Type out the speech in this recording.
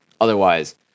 Otherwise